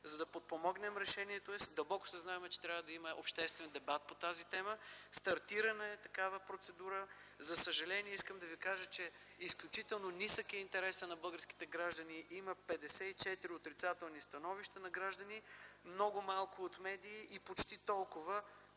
за да подпомогнем решението? Дълбоко съзнаваме, че трябва да има обществен дебат по тази тема. Стартирана е такава процедура. За съжаление, искам да Ви кажа, че интересът на българските граждани е изключително нисък. Има 54 отрицателни становища на граждани, много малко – от медии, и почти толкова